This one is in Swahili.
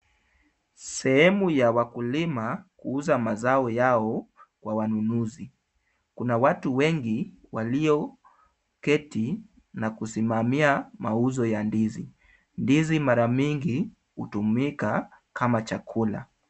Sehemu ya wakulima kuuza mazao yao kwa wanunuzi. Kuna watu wengi walioketi na kusimamia mauzo ya ndizi. Ndizi mara mingi hutumika kama chakula.